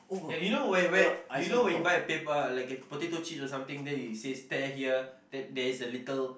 ya you know where where you know where you buy a paper like a potato chip or something then it says tear here there is a little